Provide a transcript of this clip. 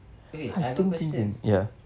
okay I got question